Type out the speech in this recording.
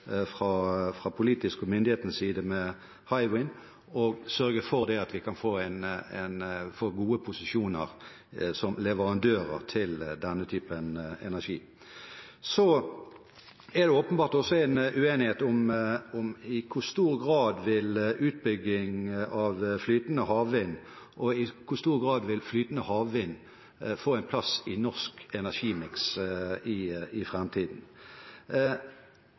fra myndighetenes side med Hywind, og sørge for at vi kan få gode posisjoner som leverandører til denne typen energi. Så er det åpenbart uenighet om i hvor stor grad utbygging av flytende havvind vil få en plass i norsk energimiks i